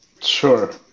Sure